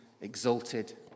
exalted